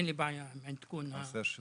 אין לי בעיה עם עדכון הרשם.